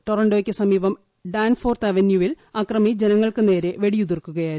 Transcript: ടൊറന്റോയ്ക്ക് സമീപം ഡാൻഫോർത്ത് അവന്യൂവിൽ അക്രമി ജനങ്ങൾക്ക് നേരെ വെടിയുതിർക്കുകയായിരുന്നു